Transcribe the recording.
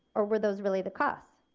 or were those really the costs?